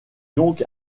donc